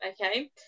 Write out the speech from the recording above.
okay